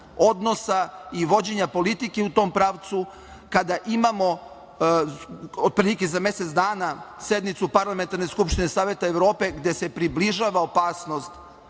odnosa i vođenja politike u tom pravcu kada imamo otprilike za mesec dana sednicu Parlamentarne skupštine Saveta Evrope gde se približava opasnost